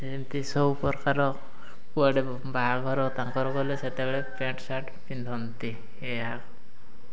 ଯେମିତି ସବୁ ପ୍ରକାର କୁଆଡ଼େ ବାହାଘର ତାଙ୍କର ଗଲେ ସେତେବେଳେ ପ୍ୟାଣ୍ଟ୍ ସାର୍ଟ ପିନ୍ଧନ୍ତି ଏହା